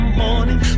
morning